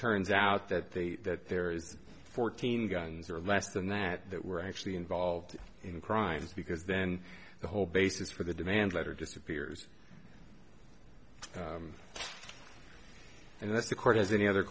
turns out that they that there is fourteen guns or less than that that were actually involved in crimes because then the whole basis for the demand letter disappears and that's the court as any other